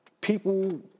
people